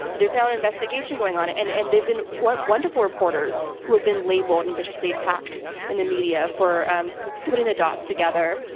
there's now an investigation going on, and and there've been wonderful reporters who have been labeled and viciously attacked in the media for um putting the dots together,